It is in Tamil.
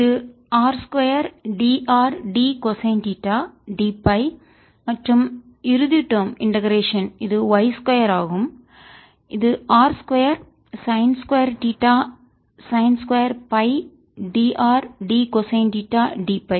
இது r 2 dr d cosine theta dΦ மற்றும் இறுதி டேர்ம் இண்டெகரேஷன் இது y 2 ஆகும் இது r 2 sine 2 theta sine 2 by d r d cosine theta dΦ